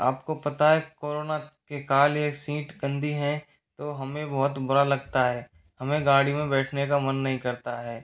आपको पता है कोरोना के काल ये सीट गंदी है तो हमें बहुत बुरा लगता है हमें गाड़ी में बैठने का मन नहीं करता है